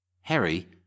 Harry